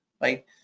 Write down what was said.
right